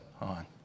on